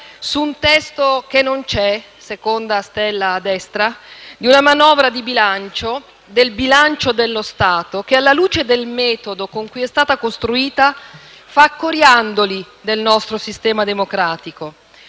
su un testo che non c'è - seconda stella a destra - di una manovra di bilancio e del bilancio dello Stato che, alla luce del metodo con cui è stata costruita, fa coriandoli del nostro sistema democratico.